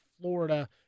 Florida